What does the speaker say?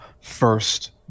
first